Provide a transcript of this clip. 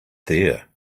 there